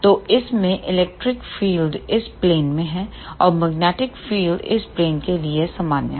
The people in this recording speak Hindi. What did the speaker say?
तो इसमें इलेक्ट्रिक फील्ड इस प्लेन में है और मैग्नेटिक फील्ड इस प्लेन के लिए सामान्य है